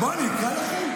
בוא, אני אקריא לכם?